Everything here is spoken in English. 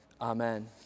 Amen